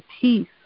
peace